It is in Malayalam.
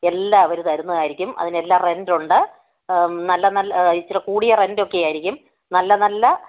എല്ലാം അവര് തരുന്നതായിരിക്കും അതിനെല്ലാം റെൻ്റുണ്ട് നല്ല നല്ല ഇച്ചിരെ കൂടിയ റെൻ്റോക്കെയാരിക്കും നല്ല നല്ല